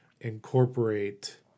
incorporate